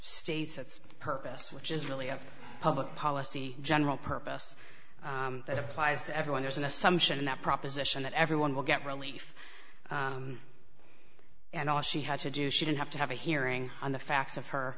its purpose which is really a public policy general purpose that applies to everyone there's an assumption that proposition that everyone will get relief and all she had to do she didn't have to have a hearing on the facts of her